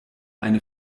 eine